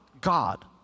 God